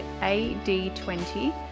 AD20